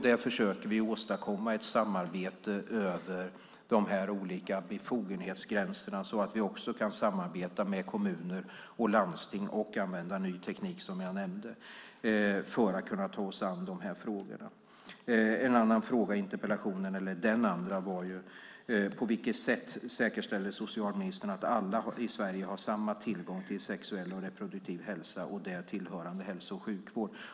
Vi försöker åstadkomma ett samarbete över de olika befogenhetsgränserna, så att vi också kan samarbeta med kommuner och landsting och använda ny teknik, som jag nämnde, för att kunna ta oss an de här frågorna. Den andra frågan i interpellationen var: "På vilket sätt säkerställer socialministern att alla i Sverige har samma tillgång till sexuell och reproduktiv hälsa och där tillhörande hälso och sjukvård?"